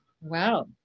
Wow